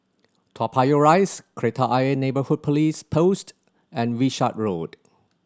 Toa Payoh Rise Kreta Ayer Neighbourhood Police Post and Wishart Road